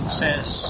says